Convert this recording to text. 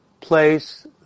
place